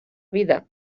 vida